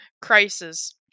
crisis